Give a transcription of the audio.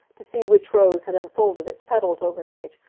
to see which rose had unfolded its petals overnight,